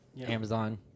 Amazon